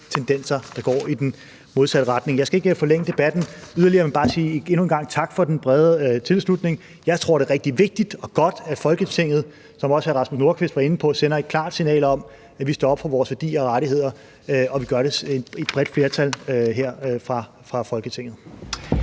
tendenser, der går i den modsatte retning. Jeg skal ikke her forlænge debatten yderligere, men bare endnu en gang sige tak for den brede tilslutning. Jeg tror, det er rigtig vigtigt og godt, at Folketinget, som også hr. Rasmus Nordqvist var inde på, sender et klart signal om, at vi står op for vores værdier og rettigheder, og at vi gør det fra et bredt flertals side her i Folketinget.